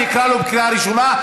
אני אקרא אותו בקריאה ראשונה,